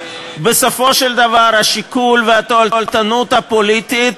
בסופו של דבר השיקול והתועלתנות הפוליטית